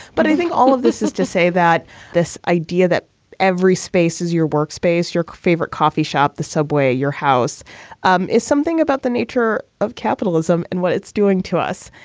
but i think all of this is to say that this idea that every space is your workspace, your favorite coffee shop, the subway, your house um is something about the nature of capitalism and what it's doing to us.